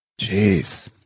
Jeez